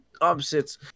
opposites